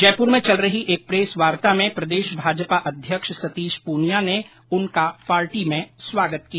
जयपुर में चल रही एक प्रेस वार्ता में भाजपा प्रदेश अध्यक्ष सतीश पूनिया ने उनका पार्टी में स्वागत किया